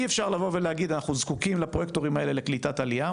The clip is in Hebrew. אי אפשר לבוא ולהגיד אנחנו זקוקים לפרויקט וקרים האלה לקליטת עלייה,